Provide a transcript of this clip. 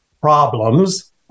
problems